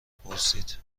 پرسید